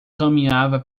caminhava